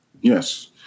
Yes